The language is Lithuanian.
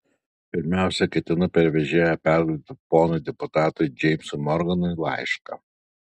pirmiausia ketinu per vežėją perduoti ponui deputatui džeimsui morganui laišką